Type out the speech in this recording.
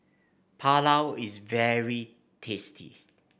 Pulao is very tasty